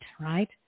right